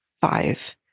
five